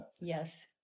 Yes